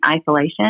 isolation